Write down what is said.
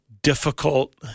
difficult